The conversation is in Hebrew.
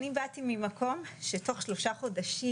אני באתי ממקום שתוך שלושה חודשים.